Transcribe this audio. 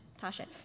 Tasha